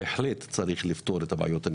בהחלט צריך גם לנסות לפתור את הבעיות בצורה